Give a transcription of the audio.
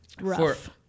Rough